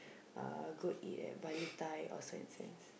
uh go eat at Bali-Thai or Swensens